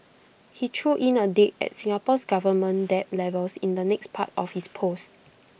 he threw in A dig at Singapore's government debt levels in the next part of his post